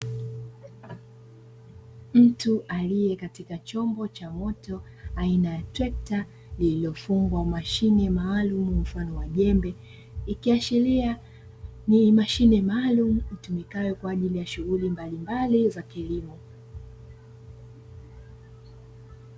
Mtu alite katika chombo cha moto aina ya trekta, liliofungwa chuma maalumu mfano wa jembe, ikiashiria ni mashine maalumu itumikayo kwa ajili za shughuli mbalimbali za kilimo.